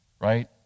right